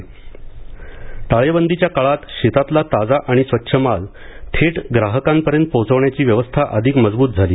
नीलम गोन्हे टाळेबंदीच्या काळात शेतातला ताजा आणि स्वच्छ माल थेट ग्राहकांपर्यंत पोहचवण्याची व्यवस्था अधिक मजबूत झाली